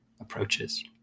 approaches